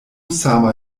sama